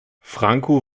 franco